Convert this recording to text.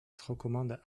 recommande